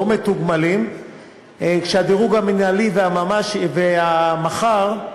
כשהדירוג המינהלי ודירוג המח"ר,